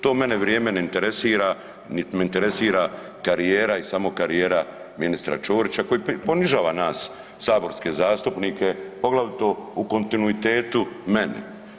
To mene vrijeme ne interesira, nit me interesira karijera i samo karijera ministra Ćorića koji ponižava nas saborske zastupnike poglavito u kontinuitetu mene.